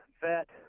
vet